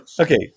okay